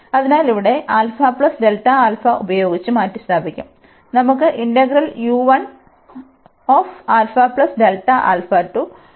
അതിനാൽ ഇവിടെ ഉപയോഗിച്ച് മാറ്റിസ്ഥാപിക്കും അതിനാൽ നമുക്ക് ഉണ്ടാകും